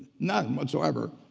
none whatsoever,